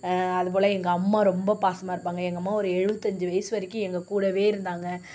அதுபோல் எங்கள் அம்மா ரொம்ப பாசமாக இருப்பாங்க எங்கள் அம்மா ஒரு எழுபத்தஞ்சி வயசு வரைக்கும் எங்கள் கூட இருந்தாங்க